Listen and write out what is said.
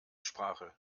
sprache